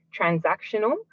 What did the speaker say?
transactional